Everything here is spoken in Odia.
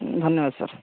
ଧନ୍ୟବାଦ ସାର୍